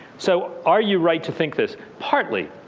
so are you right to think this? partly,